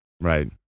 right